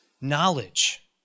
knowledge